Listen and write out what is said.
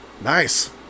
nice